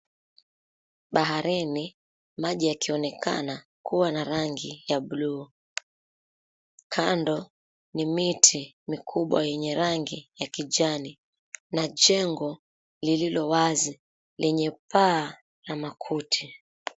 Baharini maji yakionekana kuwa na rangi ya buluu, kando ni miti mikubwa yenye rangi ya kijani na jengo liliowazi lenye paa la makuti.